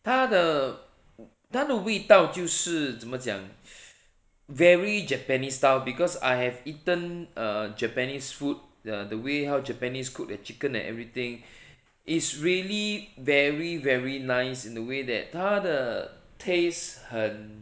他的味道就是怎么讲 very japanese style because I have eaten err japanese food the the way how japanese cook a chicken and everything is really very very nice in the way that 他的 taste 很